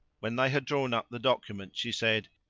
when they had drawn up the document she said,